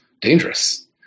dangerous